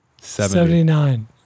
Seventy-nine